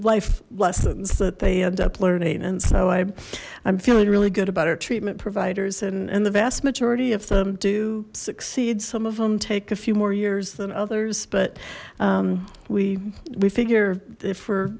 life lessons that they end up learning and so i i'm feeling really good about our treatment providers and and the vast majority if them do succeed some of them take a few more years than others but we we figure